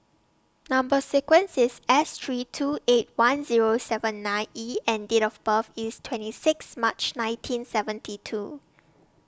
Number sequence IS S three two eight one Zero seven nine E and Date of birth IS twenty six March nineteen seventy two